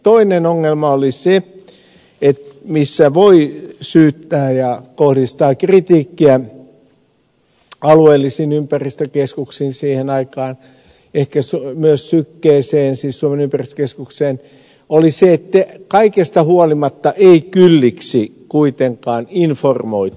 toinen ongelma mistä voi syyttää ja kohdistaa kritiikkiä alueellisiin ympäristökeskuksiin siihen aikaan ehkä myös sykkeeseen siis suomen ympäristökeskukseen oli se että kaikesta huolimatta ei kylliksi kuitenkaan informoitu